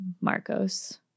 Marcos